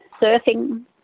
surfing